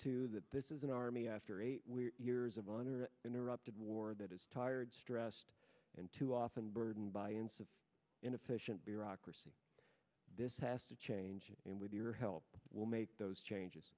too that this is an army after eight years of on or interrupted war that is tired stressed and too often burdened by ends of inefficient bureaucracy this has to change and with your help will make those changes